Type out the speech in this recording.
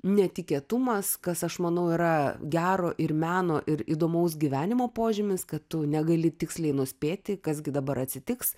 netikėtumas kas aš manau yra gero ir meno ir įdomaus gyvenimo požymis kad tu negali tiksliai nuspėti kas gi dabar atsitiks